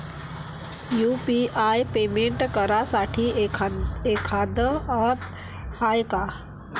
UPI payment करासाठी एखांद app हाय का?